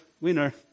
winner